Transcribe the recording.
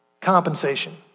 compensation